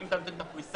אם אתה נותן את הפריסה,